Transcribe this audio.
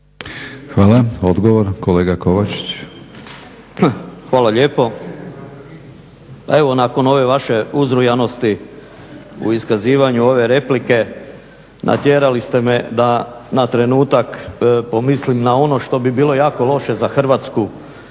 **Kovačić, Borislav (SDP)** Hvala lijepo. Evo nakon ove vaše uzrujanosti u iskazivanju ove replike natjerali ste me da na trenutak pomislim na ono što bi bilo jako loše za Hrvatsku,